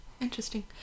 Interesting